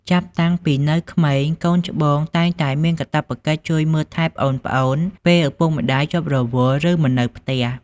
ចាប់តាំំងពីនៅក្មេង កូនច្បងតែងតែមានកាតព្វកិច្ចជួយមើលថែប្អូនៗពេលឪពុកម្ដាយជាប់រវល់ ឬមិននៅផ្ទះ។